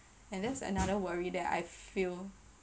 and that's another worry that I feel